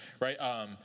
right